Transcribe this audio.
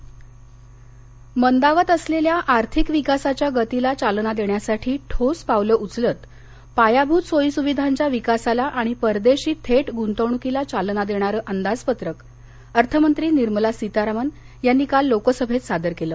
अर्थसंकल्प मंदावत असलेल्या आर्थिक विकासाच्या गतीला चालना देण्यासाठी ठोस पावलं उचलत पायाभूत सोयी सुविधांच्या विकासाला आणि परदेशी थेट गुंतवणुकीला चालना देणारं अंदाजपत्रक अर्थमंत्री निर्मला सीतारामन यांनी काल लोकसभेत सादर केलं